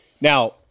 Now